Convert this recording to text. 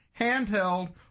handheld